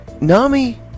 Nami